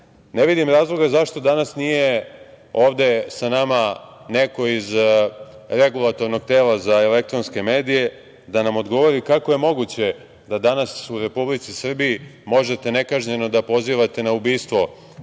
vidim razlog zašto danas nije ovde sa nama neko iz Regulatornog tela za elektronske medije da nam odgovori kako je moguće da danas u Republici Srbiji možete nekažnjeno da pozivate na ubistvo